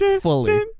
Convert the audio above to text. fully